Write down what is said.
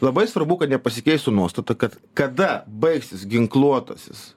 labai svarbu kad nepasikeistų nuostata kad kada baigsis ginkluotasis